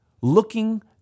looking